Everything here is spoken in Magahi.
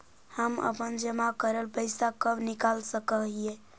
हम अपन जमा करल पैसा कब निकाल सक हिय?